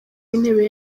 w’intebe